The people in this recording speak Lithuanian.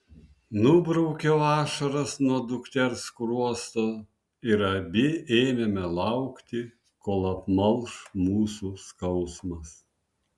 nubraukiau ašaras nuo dukters skruosto ir abi ėmėme laukti kol apmalš mūsų skausmas